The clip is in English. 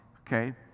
Okay